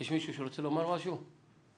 יש מישהו שרוצה לומר משהו על